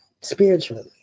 spiritually